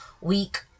week